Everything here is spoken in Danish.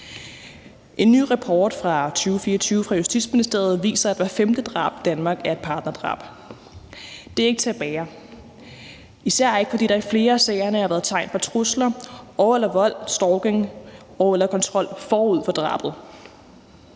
En ny rapport fra 2024 fra Justitsministeriet viser, at hver femte drab i Danmark er et partnerdrab. Det er ikke til at bære, især ikke fordi der i flere af sagerne har været tegn på trusler og/eller vold eller stalking og/eller kontrol forud for drabet.